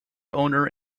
owner